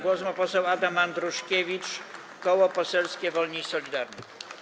Głos ma poseł Adam Andruszkiewicz, Koło Poselskie Wolni i Solidarni.